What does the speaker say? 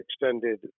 extended